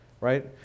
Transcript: right